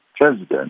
President